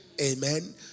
Amen